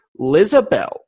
Lizabelle